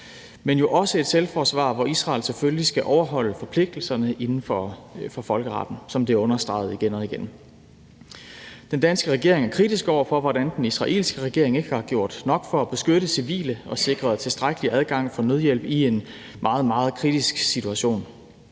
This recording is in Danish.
jo også et selvforsvar, hvor Israel selvfølgelig skal overholde forpligtelserne inden for folkeretten, som det er understreget igen og igen. Den danske regering er kritisk over for, at den israelske regering ikke har gjort nok for at beskytte civile og sikre tilstrækkelig adgang til nødhjælp i en meget, meget kritisk situation